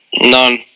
None